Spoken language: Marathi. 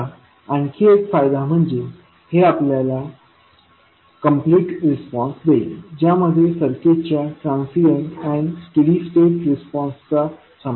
आता आणखी एक फायदा म्हणजे हे आपल्याला कम्प्लीट रिस्पॉन्स देईल ज्यामध्ये सर्किटच्या transient and steady state response चा समावेश असेल